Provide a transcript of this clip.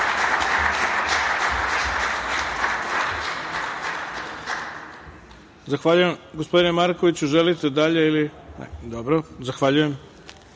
Zahvaljujem. Gospodine Markoviću,